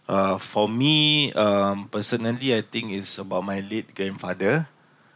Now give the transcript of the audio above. uh for me um personally I think it's about my late grandfather